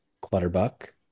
Clutterbuck